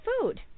food